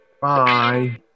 Bye